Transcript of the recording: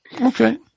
Okay